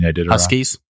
Huskies